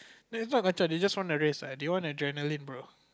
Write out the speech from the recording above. no is not they just want the race they want adrenaline bro